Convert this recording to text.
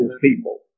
people